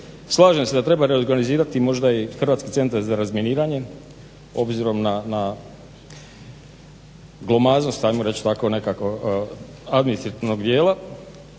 slažem se da treba reorganizirati možda i Hrvatski centar za razminiranje obzirom na glomaznost, ajmo reći tako nekako administrativnog dijela,